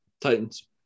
Titans